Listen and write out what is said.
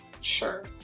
Sure